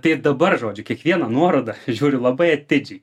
tai dabar žodžiu kiekvieną nuorodą žiūriu labai atidžiai